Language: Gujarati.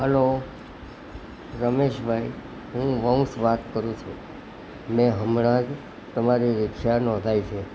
હલો રમેશ ભાઈ હું વંશ વાત કરું છું મે હમણાંજ તમારી રિક્ષા નોંધાવી છે